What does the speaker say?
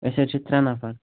أسۍ حظ چھِ ترٛےٚ نفر